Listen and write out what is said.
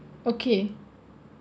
okay